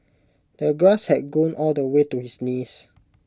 the grass had grown all the way to his knees